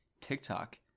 TikTok